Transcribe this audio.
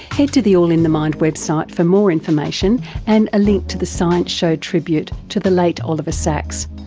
head to the all in the mind website for more information and a link to the science show tribute to the late oliver sacks.